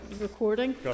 recording